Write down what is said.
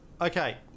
Okay